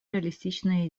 реалистичные